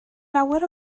lawer